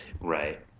Right